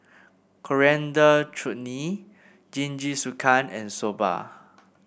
Coriander Chutney Jingisukan and Soba